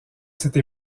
cette